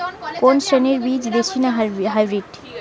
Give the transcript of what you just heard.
কোন শ্রেণীর বীজ দেশী না হাইব্রিড?